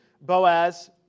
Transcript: Boaz